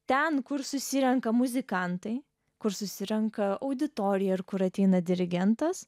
ten kur susirenka muzikantai kur susirenka auditorija ir kur ateina dirigentas